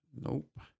nope